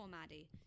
Maddie